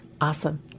Awesome